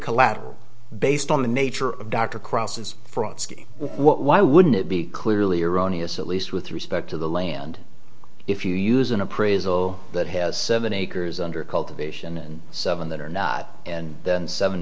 collateral based on the nature of dr cross is fraud scheme why wouldn't it be clearly erroneous at least with respect to the land if you use an appraisal that has seven acres under cultivation and seven that are not and then seven